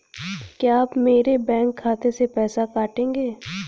क्या आप मेरे बैंक खाते से पैसे काटेंगे?